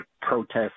protest